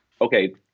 okay